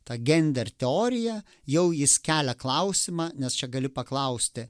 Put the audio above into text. ta gender teorija jau jis kelia klausimą nes čia gali paklausti